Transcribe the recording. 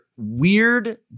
weird